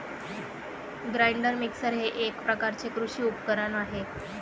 grinder mixer हे एक प्रकारचे कृषी उपकरण आहे